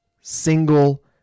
single